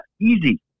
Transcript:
easy